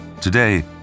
Today